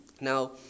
Now